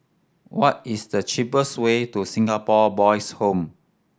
what is the cheapest way to Singapore Boys' Home